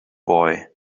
boy